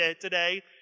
today